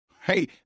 Hey